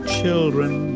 children